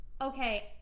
Okay